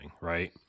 Right